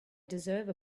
deserve